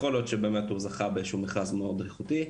יכול להיות שהוא באמת זכה באיזה שהוא מכרז מאוד איכותי,